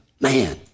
Man